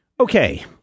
Okay